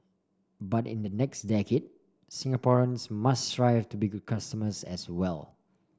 but in the next decade Singaporeans must strive to be good customers as well